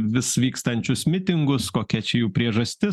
vis vykstančius mitingus kokia čia jų priežastis